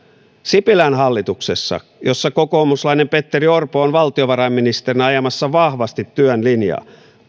sipilän hallituksen jossa kokoomuslainen petteri orpo on valtiovarainministerinä ajamassa vahvasti työn linjaa